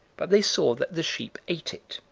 but they saw that the sheep ate it.